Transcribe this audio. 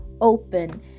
open